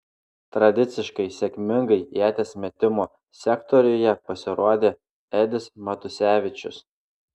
tradiciškai sėkmingai ieties metimo sektoriuje pasirodė edis matusevičius